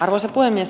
arvoisa puhemies